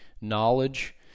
knowledge